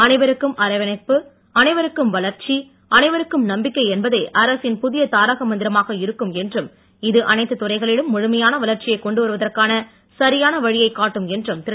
அனைவருக்கும் அரவணைப்பு அனைவருக்கும் வளர்ச்சி அனைவருக்கும் நம்பிக்கை என்பதே அரசின் புதிய தாரக மந்திரமாக இருக்கும் என்றும் இது அனைத்து துறைகளிலும் முழுமையான வளர்ச்சியைக் கொண்டு வருவதற்கான சரியான வழியைக் காட்டும் என்றும் திரு